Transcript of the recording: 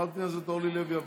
חברת הכנסת אורלי לוי אבקסיס.